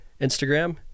Instagram